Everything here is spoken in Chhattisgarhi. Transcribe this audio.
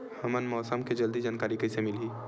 हमला मौसम के जल्दी जानकारी कइसे मिलही?